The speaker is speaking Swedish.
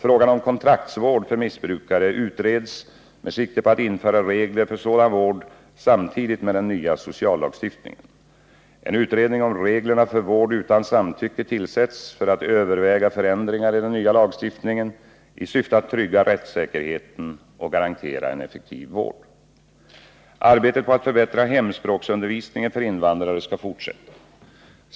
Frågan om kontraktsvård för missbrukare utreds med sikte på att införa regler för sådan vård samtidigt med den nya sociallagstiftningen. En utredning om reglerna för vård utan samtycke tillsätts för att överväga förändringar i den nya lagstiftningen i syfte att trygga rättssäkerheten och garantera en effektiv vård. Arbetet på att förbättra hemspråksundervisningen för invandrare skall fortsätta.